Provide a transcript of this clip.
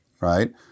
Right